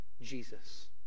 Jesus